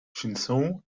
chișinău